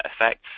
effects